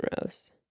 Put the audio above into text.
Rose